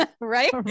right